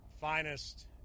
finest